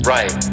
Right